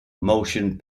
motion